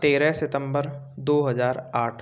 तेरह सितंबर दो हजार आठ